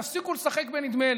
תפסיקו לשחק בנדמה לי.